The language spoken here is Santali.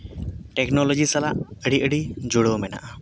ᱴᱮᱠᱱᱳᱞᱚᱡᱤ ᱥᱟᱞᱟᱜ ᱟᱹᱰᱤ ᱟᱹᱰᱤ ᱡᱚᱲᱟᱣ ᱢᱮᱱᱟᱜᱼᱟ